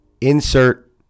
insert